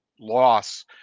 loss